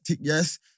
yes